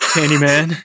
Candyman